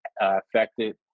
affected